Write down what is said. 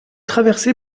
traversée